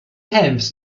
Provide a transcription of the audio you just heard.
helms